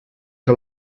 que